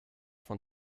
von